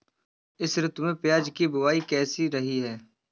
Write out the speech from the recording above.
इस ऋतु में प्याज की बुआई कैसी रही है?